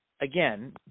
again